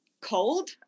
cold